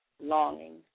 Longing